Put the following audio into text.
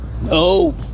No